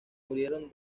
murieron